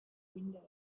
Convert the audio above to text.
window